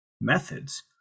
methods